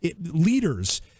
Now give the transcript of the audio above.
leaders